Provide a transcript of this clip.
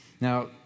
Now